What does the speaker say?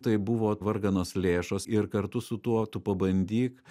tai buvo varganos lėšos ir kartu su tuo tu pabandyk